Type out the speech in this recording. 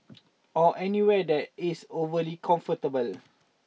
or anywhere that is overly comfortable